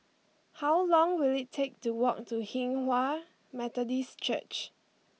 how long will it take to walk to Hinghwa Methodist Church